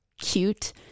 cute